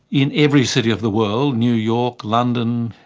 in every city of the world, new york, london,